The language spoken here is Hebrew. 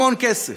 המון כסף.